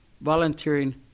volunteering